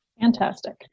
Fantastic